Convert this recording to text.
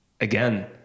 again